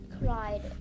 cried